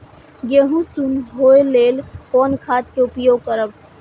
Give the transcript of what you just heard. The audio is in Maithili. गेहूँ सुन होय लेल कोन खाद के उपयोग करब?